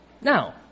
Now